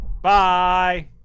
Bye